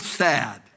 sad